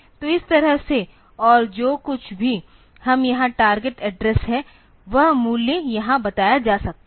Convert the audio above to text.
तो इस तरह से और जो कुछ भी हम यहाँ टारगेट एड्रेस हैं वह मूल्य यहाँ बताया जा सकता है